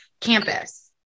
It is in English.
campus